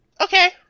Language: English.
Okay